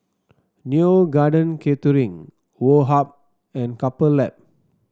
Neo Garden Catering Woh Hup and Couple Lab